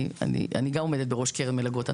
אני גם עומדת בראש קרן מלגות.